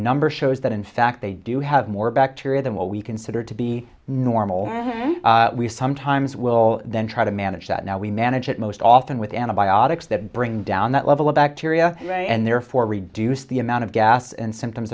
number shows that in fact they do have more bacteria than what we consider to be normal we sometimes will then try to manage that now we manage it most often with antibiotics that bring down that level of bacteria and therefore reduce the amount of gas and symptoms